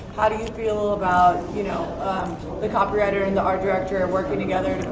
how do you feel about you know ah the copywriter and the art director working together,